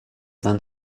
than